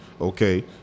Okay